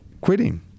quitting